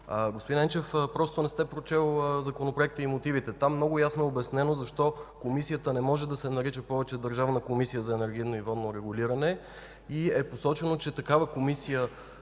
Господин Енчев, просто не сте прочел законопроекта и мотивите. Там много ясно е обяснено защо Комисията не може да се нарича повече Държавна комисия за енергийно и водно регулиране и е посочено, че такава комисия,